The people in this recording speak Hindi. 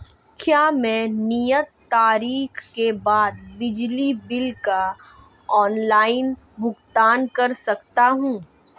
क्या मैं नियत तारीख के बाद बिजली बिल का ऑनलाइन भुगतान कर सकता हूं?